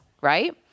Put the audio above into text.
right